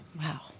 Wow